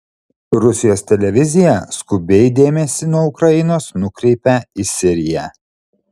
rusijos televizija skubiai dėmesį nuo ukrainos nukreipia į siriją